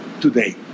today